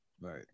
right